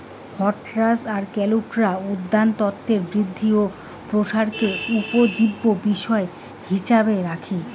হরটাস আর কাল্টুরা উদ্যানতত্বের বৃদ্ধি ও প্রসারকে উপজীব্য বিষয় হিছাবে রাখি